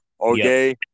Okay